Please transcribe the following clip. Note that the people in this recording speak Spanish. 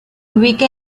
ubica